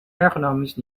ergonomisch